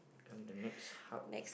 come the next hub